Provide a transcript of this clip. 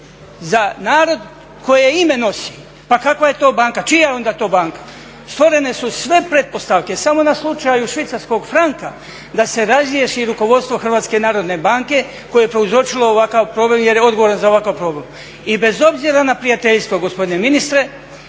za narod koje ime nosi. Pa kakva je to banka, čija je onda to banka? Stvorene su sve pretpostavke samo na slučaju švicarskog franka da se razriješi rukovodstvo Hrvatske narodne banke koje je prouzročilo ovakav problem jer je odgovoran za ovakav problem. I bez obzira na prijateljstvo gospodine ministre